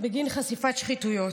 בגין חשיפת שחיתויות.